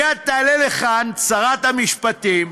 מייד תעלה לכאן שרת המשפטים,